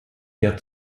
der